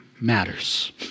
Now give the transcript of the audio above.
matters